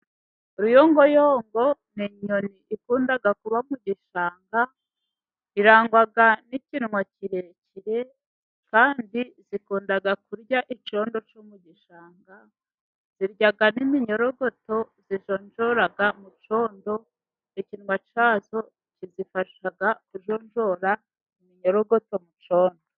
Uruyongoyongo ni nyoni ikunda kuba mu gishanga, irangwa n'kinwa kirekire, kandi zikunda kurya icyondo cyo mu gishanga, zirya n'iminyorogoto zijonjora mu cyondo, ikinwa cyayi kizifasha kujojora iminyorogoto mu cyondo.